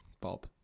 Bob